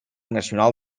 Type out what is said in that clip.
nacional